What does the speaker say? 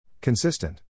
Consistent